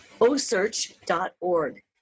osearch.org